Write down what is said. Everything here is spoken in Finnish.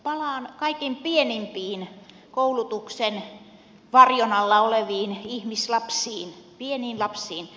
palaan kaikkein pienimpiin koulutuksen varjon alla oleviin ihmislapsiin pieniin lapsiin